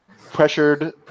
pressured